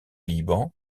liban